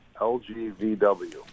LGVW